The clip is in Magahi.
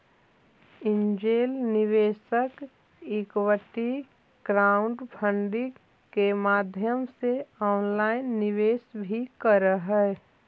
एंजेल निवेशक इक्विटी क्राउडफंडिंग के माध्यम से ऑनलाइन निवेश भी करऽ हइ